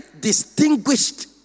distinguished